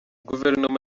guverinoma